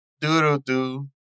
Do-do-do